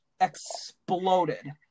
exploded